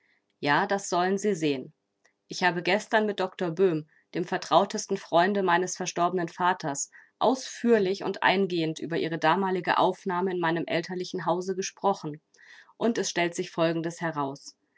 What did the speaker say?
ja das sollen sie sehen ich habe gestern mit doktor böhm dem vertrautesten freunde meines verstorbenen vaters ausführlich und eingehend über ihre damalige aufnahme in meinem elterlichen hause gesprochen und es stellt sich folgendes heraus